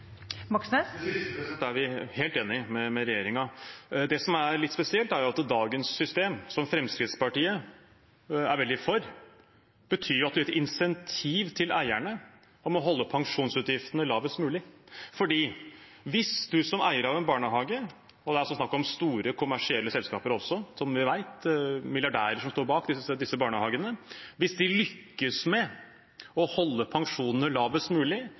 Moxnes – til oppfølgingsspørsmål. Det siste er vi helt enig med regjeringen i. Det som er litt spesielt, er jo at dagens system, som Fremskrittspartiet er veldig for, er et insentiv til eierne om å holde pensjonsutgiftene lavest mulig. Hvis man som eier av en barnehage – det er her også snakk om store, kommersielle selskaper også, som vi vet milliardærer står bak – lykkes med å holde pensjonene lavest mulig